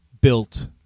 built